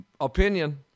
Opinion